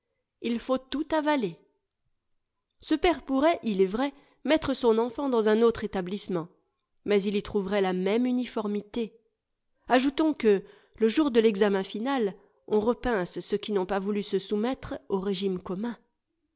il faut tout avaler ce père pourrait il est vrai mettre son enfant dans un autre établissement mais il y trouverait la même uniformité ajoutons que le jour de l'examen final on repince ceux qui n'ont pas voulu se soumettre au régime commun